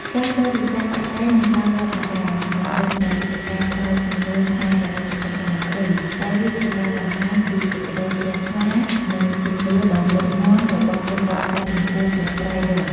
ការបរិច្ចាគបច្ច័យនៅតាមវត្តអារាម មិនត្រឹមតែជាការផ្ដល់ជំនួយផ្នែកហិរញ្ញវត្ថុប៉ុណ្ណោះទេ តែវាជាការបង្ហាញពី សេចក្តីជ្រះថ្លា និង ជំនឿដ៏មុតមាំ របស់ពុទ្ធបរិស័ទចំពោះព្រះត្រៃរតន៍។